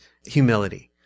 Humility